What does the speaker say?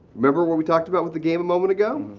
remember what we talked about with the game a moment ago?